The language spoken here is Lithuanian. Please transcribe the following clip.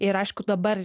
ir aišku dabar